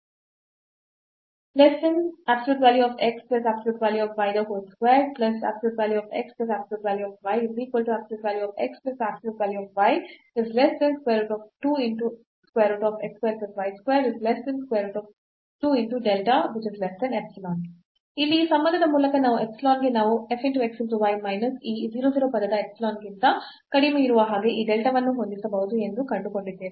ಇಲ್ಲಿ ಈ ಸಂಬಂಧದ ಮೂಲಕ ನಾವು epsilon ಗೆ ನಾವು f xy minus ಈ 0 0 ಪದ epsilon ಗಿಂತ ಕಡಿಮೆ ಇರುವ ಹಾಗೆ ಈ delta ವನ್ನು ಹೊಂದಿಸಬಹುದು ಎಂದು ಕಂಡುಕೊಂಡಿದ್ದೇವೆ